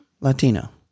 Latino